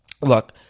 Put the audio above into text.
Look